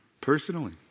personally